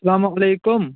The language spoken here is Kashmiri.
اَلسَلامُ علیکم